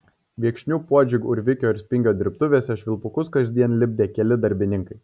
viekšnių puodžių urvikio ir spingio dirbtuvėse švilpukus kasdien lipdė keli darbininkai